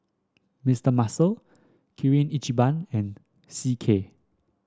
Mister Muscle Kirin Ichiban and C K